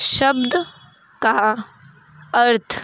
शब्द का अर्थ